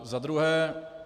Za druhé.